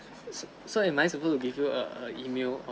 so am I supposed to give you err email or